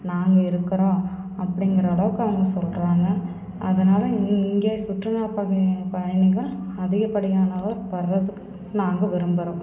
நாங்கள் இருக்கிறோம் அப்படிங்கற அளவுக்கு அவங்க சொல்கிறாங்க அதனால் இங்கேயே சுற்றுலாப் பய பயணிகள் அதிகப்படியான அளவு வர்றதுக்கு நாங்கள் விரும்புகிறோம்